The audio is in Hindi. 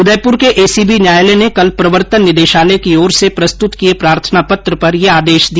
उदयपुर के एसीबी न्यायालय ने कल प्रवर्तन निदेशालय की ओर से प्रस्तुत किये प्रार्थना पत्र पर यह आदेश दिया